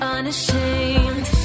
Unashamed